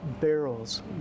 Barrels